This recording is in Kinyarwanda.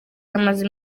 yamaze